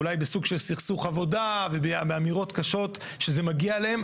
אולי בסוג של סכסוך עבודה ובאמירות קשות שזה מגיע להם,